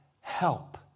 help